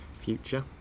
future